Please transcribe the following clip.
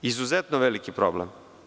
Izuzetno veliki problem.